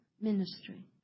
ministry